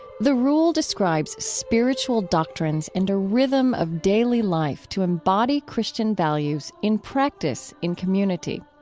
the rule describes spiritual doctrines and a rhythm of daily life to embody christian values in practice in community.